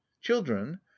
children